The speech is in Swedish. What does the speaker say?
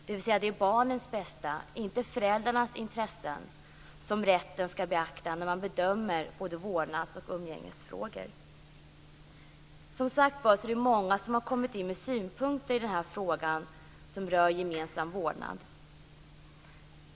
Det är barnens bästa, inte föräldrarnas intressen, som rätten skall beakta när man bedömer både vårdnads och umgängesfrågor. Det är många som har kommit med synpunkter i den här frågan som rör gemensam vårdnad.